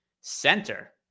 center